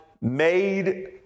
made